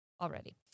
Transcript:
already